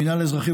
המינהל האזרחי,